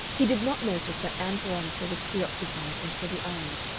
he did not notice that ann veronica was preoccupied and heavy-eyed.